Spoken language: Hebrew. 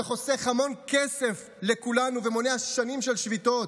שחוסך המון כסף לכולנו ומונע שנים של שביתות.